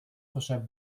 frischer